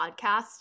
podcast